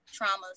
traumas